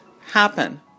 happen